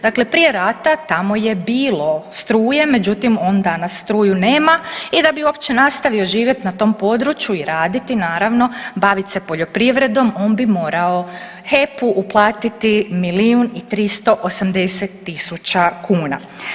Dakle, prije rata tamo je bilo struje, međutim on danas struju nema i da bi uopće nastavio živjet na tom području i raditi naravno, bavit se poljoprivredom on bi morao HEP-u uplatiti milijun i 380 tisuća kuna.